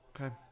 Okay